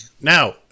now